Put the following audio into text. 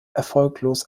erfolglos